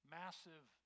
massive